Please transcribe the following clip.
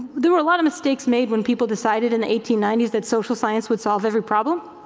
there were a lot of mistakes made when people decided in the eighteen ninety s that social science would solve every problem.